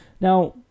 Now